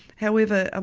however, um